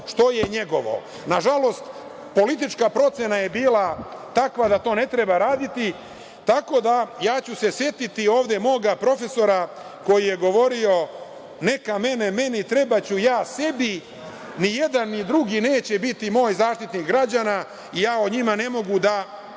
što je njegovo. Nažalost, politička procena je bila takva da to ne treba raditi, tako da ću se ja setiti ovde moga profesora koji je govorio – neka mene meni, trebaću ja sebi. Nijedan ni drugi neće biti moj Zaštitnik građana, ja o njima ne mogu da